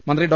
മന്ത്രി ഡോ